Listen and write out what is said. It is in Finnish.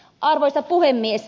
arvoisa puhemies